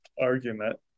argument